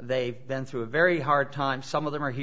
they've been through a very hard time some of them are here